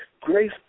grace